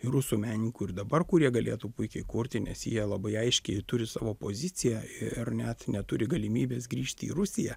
ir rusų menininkų ir dabar kurie galėtų puikiai kurti nes jie labai aiškiai turi savo poziciją ir net neturi galimybės grįžti į rusiją